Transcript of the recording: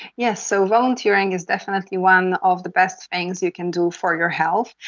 yes, so volunteering is definitely one of the best things you can do for your health.